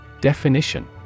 Definition